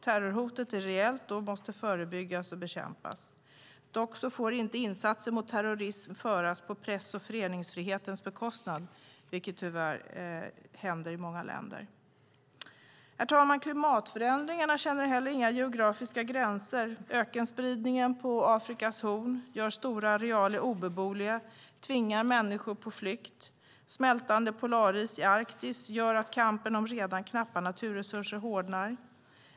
Terrorhotet är reellt och måste förebyggas och bekämpas. Dock får insatser mot terrorismen inte göras på press och föreningsfrihetens bekostnad, vilket tyvärr händer i många länder. Herr talman! Klimatförändringarna känner inga geografiska gränser. Ökenspridningen vid Afrikas horn gör stora arealer obeboeliga och tvingar människor på flykt. Smältande polaris i Arktis gör att kampen om redan knappa naturresurser hårdnar.